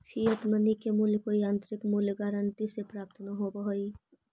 fiat money के मूल्य कोई आंतरिक मूल्य गारंटी से प्राप्त न होवऽ हई